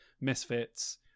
misfits